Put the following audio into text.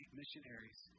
missionaries